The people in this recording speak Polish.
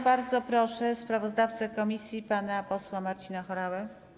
Bardzo proszę sprawozdawcę komisji pana posła Marcina Horałę.